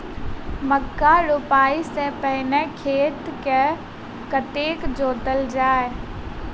मक्का रोपाइ सँ पहिने खेत केँ कतेक जोतल जाए?